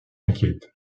inquiète